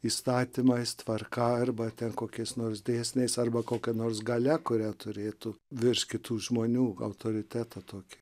įstatymais tvarka arba kokiais nors dėsniais arba kokia nors galia kurią turėtų virš kitų žmonių autoritetą tokį